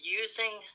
using